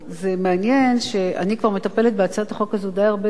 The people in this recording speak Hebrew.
זה מעניין שאני כבר מטפלת בהצעת החוק הזאת די הרבה זמן,